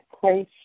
place